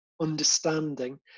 understanding